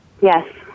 Yes